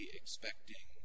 expecting